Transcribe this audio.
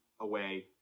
away